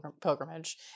pilgrimage